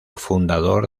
fundador